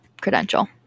credential